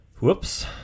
Whoops